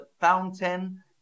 fountain